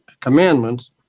commandments